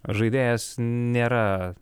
žaidėjas nėra